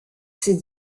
ses